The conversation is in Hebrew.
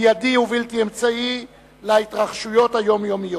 מיידי ובלתי אמצעי להתרחשויות היומיומיות.